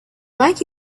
like